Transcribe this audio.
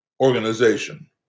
organization